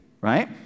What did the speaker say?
right